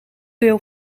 deel